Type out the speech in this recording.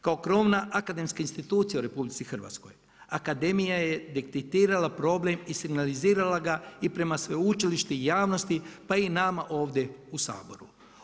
Kao krovna akademska institucija u RH, Akademija je detektirala problem i signalizirala ga i prema sveučilištu i javnosti, pa i nama ovdje u Saboru.